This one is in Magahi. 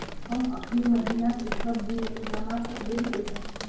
हम अखनी महिना के सभ बिल के जमा कऽ देलियइ ह